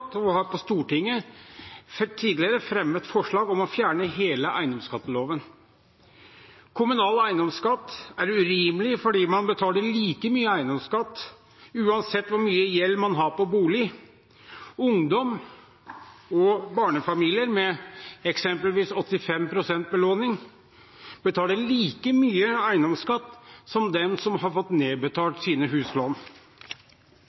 og har på Stortinget tidligere fremmet forslag om å fjerne hele eiendomsskatteloven. Kommunal eiendomsskatt er urimelig fordi man betaler like mye eiendomsskatt uansett hvor mye gjeld man har på bolig. Ungdom og barnefamilier med eksempelvis 85 pst. belåning betaler like mye eiendomsskatt som dem som har fått nedbetalt sine huslån.